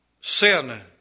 sin